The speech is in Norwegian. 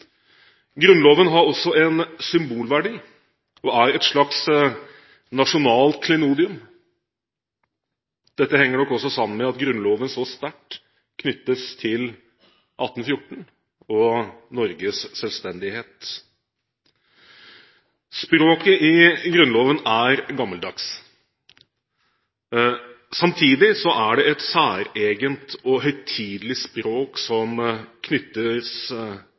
Grunnloven har også en symbolverdi og er et slags nasjonalt klenodium. Dette henger nok også sammen med at Grunnloven så sterkt knyttes til 1814 og Norges selvstendighet. Språket i Grunnloven er gammeldags, og samtidig er det et særegent og høytidelig språk som det knyttes